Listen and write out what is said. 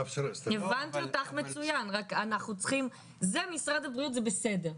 זה משרד הבריאות, זה בסדר,